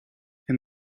and